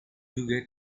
you